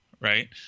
right